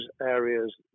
areas